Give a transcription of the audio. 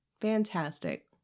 Fantastic